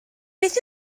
beth